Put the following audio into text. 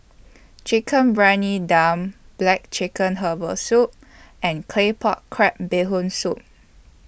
Chicken Briyani Dum Black Chicken Herbal Soup and Claypot Crab Bee Hoon Soup